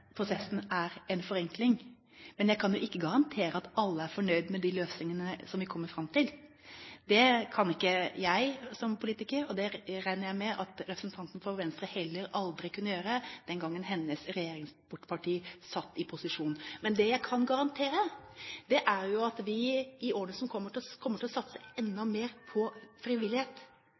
prosessen er en forenkling, men jeg kan ikke garantere at alle er fornøyd med de løsningene vi kommer fram til. Det kan ikke jeg som politiker gjøre, og det regner jeg med at representanten fra Venstre heller aldri kunne gjøre den gang hennes parti satt i posisjon. Men det jeg kan garantere, er at vi i årene som kommer, kommer til å satse enda mer på frivillighet.